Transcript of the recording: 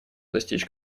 достичь